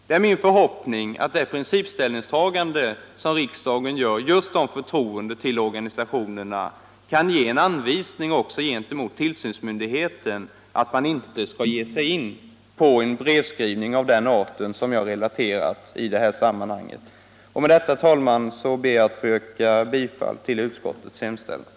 Det är min förhoppning att det principiella ställningstagande som riksdagen gör om förtroende för organisationerna kan ge en anvisning också gentemot tillsynsmyndigheten om att man inte skall ge sig in på en brevskrivning av den art som jag här relaterat. Med detta, herr talman, ber jag att få yrka bifall till utskottets hemställan.